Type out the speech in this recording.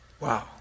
Wow